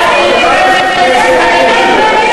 אני,